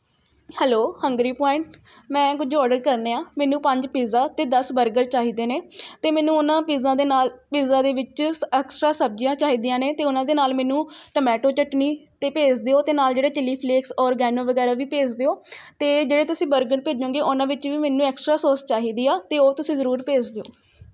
hello hungry point ਮੈਂ ਕੁਝ order ਕਰਨੇ ਆ ਮੈਨੂੰ ਪੰਜ ਪੀਜ਼ਾ ਅਤੇ ਦਸ ਬਰਗਰ ਚਾਹੀਦੇ ਨੇ ਅਤੇ ਮੈਨੂੰ ਉਨ੍ਹਾਂ ਪੀਜ਼ਿਆਂ ਦੇ ਨਾਲ ਪੀਜ਼ਿਆਂ ਦੇ ਵਿੱਚ ਸ ਐਕਸਟਰਾ ਸਬਜ਼ੀਆਂ ਚਾਹੀਦੀਆਂ ਨੇ ਅਤੇ ਉਨ੍ਹਾਂ ਦੇ ਨਾਲ ਮੈਨੂੰ ਟਮੈਟੋ ਚਟਨੀ ਅਤੇ ਭੇਜ ਦਿਓ ਅਤੇ ਨਾਲ ਜਿਹੜੇ ਚਿੱਲੀ ਫਲੇਕਸ ਓਰਗੈਨੋ ਵਗੈਰਾ ਵੀ ਭੇਜ ਦਿਓ ਅਤੇ ਜਿਹੜੇ ਤੁਸੀਂ ਬਰਗਰ ਭੇਜੋਂਗੇ ਉਨ੍ਹਾਂ ਵਿੱਚ ਵੀ ਮੈਨੂੰ ਐਕਸਟਰਾ ਸੋਸ ਚਾਹੀਦੀ ਆ ਅਤੇ ਉਹ ਤੁਸੀਂ ਜ਼ਰੂਰ ਭੇਜ ਦਿਓ